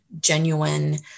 genuine